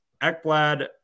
Ekblad